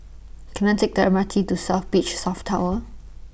Can I Take The M R T to South Beach South Tower